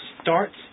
starts